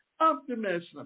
optimism